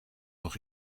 nog